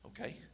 Okay